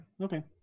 Okay